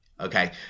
Okay